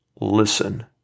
listen